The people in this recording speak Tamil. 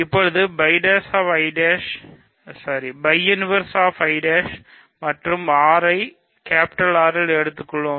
இப்போது மற்றும் r ஐ R இல் எடுத்துக் கொள்வோம்